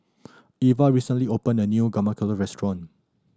Iva recently opened a new Guacamole Restaurant